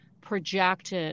project